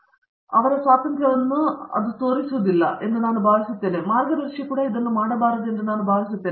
ರವೀಂದ್ರ ಗೆಟ್ಟು ಮತ್ತು ಅವರ ಸ್ವಾತಂತ್ರ್ಯವನ್ನು ಅದು ತೋರಿಸುವುದಿಲ್ಲ ಎಂದು ನಾನು ಭಾವಿಸುತ್ತೇನೆ ಮತ್ತು ಮಾರ್ಗದರ್ಶಿ ಕೂಡ ಇದನ್ನು ಮಾಡಬಾರದು ಎಂದು ನಾನು ಭಾವಿಸುತ್ತೇನೆ